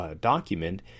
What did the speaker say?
document